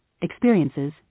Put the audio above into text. experiences